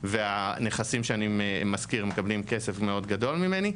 והנכסים שאני משכיר מקבלים כסף מאוד גדול ממני,